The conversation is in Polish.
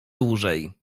dłużej